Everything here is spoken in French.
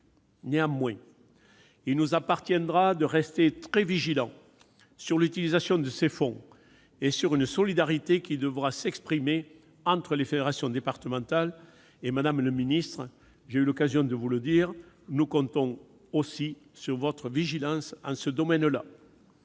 Néanmoins, il nous appartiendra de rester très vigilants sur l'utilisation de ces fonds et sur une solidarité qui devra s'exprimer entre les fédérations départementales. Madame la secrétaire d'État, j'ai eu l'occasion de vous le dire, nous comptons aussi sur votre vigilance en ce domaine.